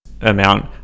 amount